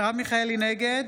נגד